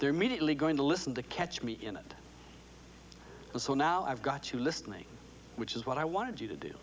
mediately going to listen to catch me in it so now i've got you listening which is what i wanted you to do